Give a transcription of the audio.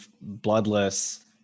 bloodless